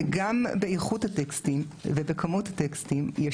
וגם באיכות הטקסטים ובכמות הטקסטים,